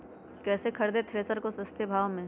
कैसे खरीदे थ्रेसर को सस्ते भाव में?